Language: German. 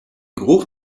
geruch